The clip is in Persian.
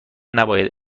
نباید